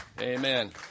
amen